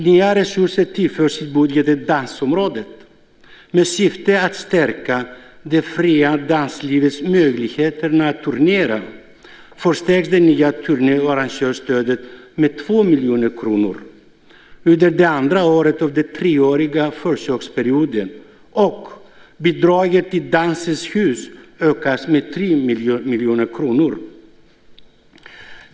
Nya resurser tillförs i budgeten dansområdet. Med syfte att stärka det fria danslivets möjligheter att turnera förstärks det nya turné och arrangörsstödet med 2 miljoner kronor under det andra året av den treåriga försöksperioden, och bidraget till Dansens hus ökas med 3 miljoner kronor.